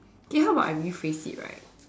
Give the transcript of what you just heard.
okay how about I rephrase it right